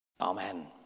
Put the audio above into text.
Amen